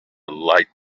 light